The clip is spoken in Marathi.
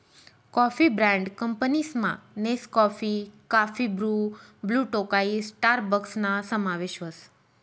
कॉफी ब्रँड कंपनीसमा नेसकाफी, काफी ब्रु, ब्लु टोकाई स्टारबक्सना समावेश व्हस